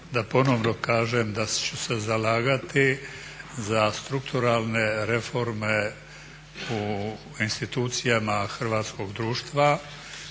da ponovno kažem da ću se zalagati za strukturalne reforme u institucijama hrvatskoga društva